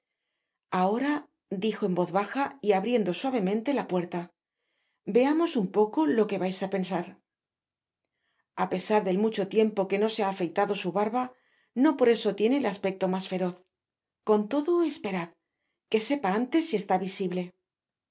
enfermo ahoradijo en voz baja y abriendo suavemente la puerta veamos un poco lo que vais á pensar a pesar del mucho tiempo que no se ha afeitado su barba no por eso tiene el aspecto mas feroz con todo esperad que sepa antes si esti visible